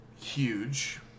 huge